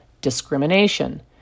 discrimination